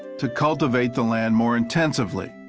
to cultivate the land more intently.